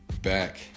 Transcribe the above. back